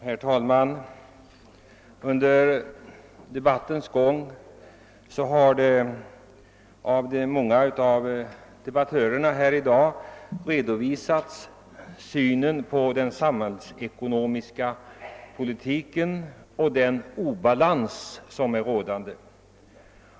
Herr talman! Under debattens gång har många av debattörerna i dag redovisat sin syn på den samhällsekonomiska politiken och den obalans som är rådande.